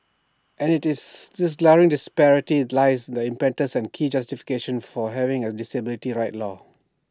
and this glaring disparity lies the impetus and key justification for having A disability rights law